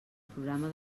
programa